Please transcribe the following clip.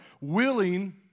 willing